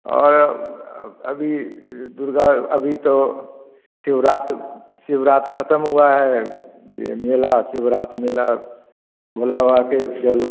और अभी दुर्गा अभी तो शिवरात शिवरात खतम हुआ है यह मेला शिवरात मेला भोला बाबा के जल ऊल